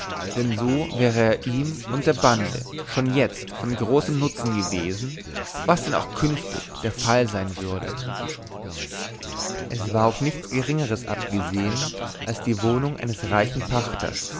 denn so wäre er ihm und der bande schon jetzt von großem nutzen gewesen was denn auch künftig der fall sein würde es war auf nichts geringeres abgesehen als die wohnung eines reichen pachters